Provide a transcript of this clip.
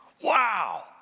Wow